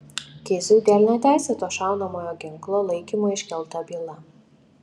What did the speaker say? kiziui dėl neteisėto šaunamojo ginklo laikymo iškelta byla